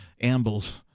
ambles